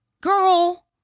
Girl